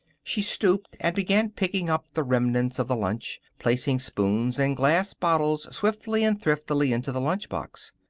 she stooped and began picking up the remnants of the lunch, placing spoons and glass bottles swiftly and thriftily into the lunch box.